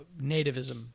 nativism